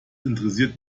interessiert